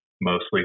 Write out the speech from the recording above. mostly